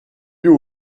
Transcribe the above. you